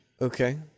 Okay